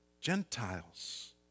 Gentiles